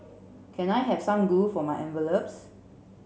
can I have some glue for my envelopes